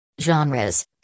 Genres